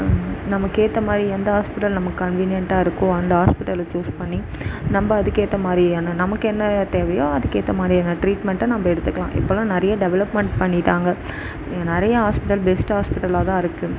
நமக்கு ஏத்தமாதிரி எந்த ஹாஸ்பிடல் நமக்கு கன்வீனியன்ட்டாக இருக்கோ அந்த ஹாஸ்பிடலை சூஸ் பண்ணி நம்ம அதுக்கேத்த மாதிரியான நமக்கு என்ன தேவையோ அதுக்கேற்ற மாதிரியான டிரீட்மெண்ட்டை நம்ம எடுத்துக்கலாம் இப்போவெலாம் நிறையா டெவெலப்மெண்ட் பண்ணிட்டாங்கள் இங்கே நிறையா ஹாஸ்பிடல் பெஸ்ட் ஹாஸ்பிடலாகதான் இருக்குது